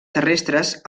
terrestres